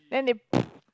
then they